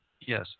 Yes